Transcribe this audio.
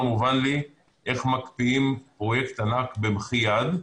מובן לי איך מקפיאים פרויקט ענק במחי-יד.